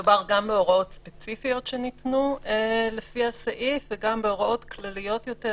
מדובר גם בהוראות ספציפיות שניתנו לפי הסעיף וגם בהוראות כלליות יותר,